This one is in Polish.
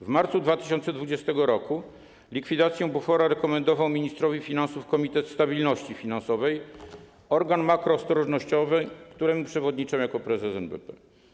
W marcu 2020 r. likwidację bufora rekomendował ministrowi finansów Komitet Stabilności Finansowej - organ makroostrożnościowy, któremu przewodniczę jako prezes NBP.